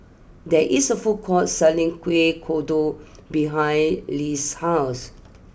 there is a food court selling Kueh Kodok behind Less' house